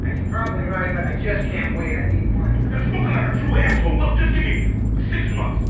ah you're probably right, but i just can't wait. i need money. spoken like a true asshole. look just give me six months.